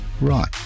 Right